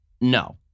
No